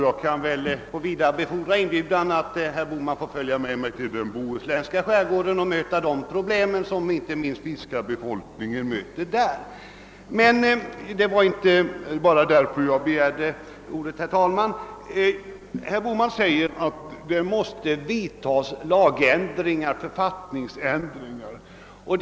Jag kan väl kvittera inbjudan med att be herr Bohman följa med mig till den bohuslänska skärgården för att se vilka problem som fiskarbefolkningen möter där. Men det var inte bara för att säga detta som jag begärde ordet, herr talman. Herr Bohman säger att det måste företas författningsändringar.